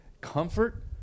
Comfort